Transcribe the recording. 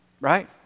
Right